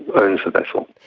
owns the vessel.